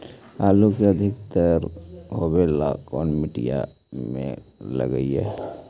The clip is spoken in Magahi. आलू के अधिक दर होवे ला कोन मट्टी में लगीईऐ?